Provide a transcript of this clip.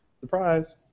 surprise